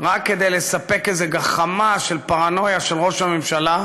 רק כדי לספק איזו גחמה של פרנויה של ראש הממשלה,